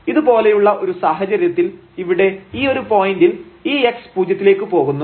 ഇതു പോലെയുള്ള ഒരു സാഹചര്യത്തിൽ ഇവിടെ ഈ ഒരു പോയിന്റിൽ ഈ x പൂജ്യത്തിലേക്ക് പോകുന്നു